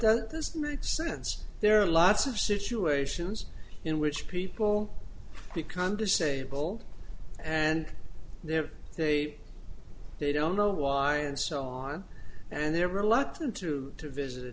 this make sense there are lots of situations in which people become disabled and they're they they don't know why and so on and they're reluctant to visit